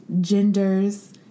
genders